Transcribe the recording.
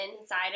inside